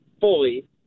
fully